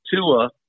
Tua